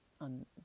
on